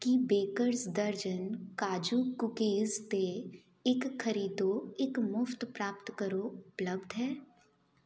ਕੀ bakers ਦਰਜਨ ਕਾਜੂ cookies 'ਤੇ ਇੱਕ ਖਰੀਦੋ ਇੱਕ ਮੁਫਤ ਪ੍ਰਾਪਤ ਕਰੋ ਉਪਲੱਬਧ ਹੈ